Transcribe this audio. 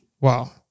Wow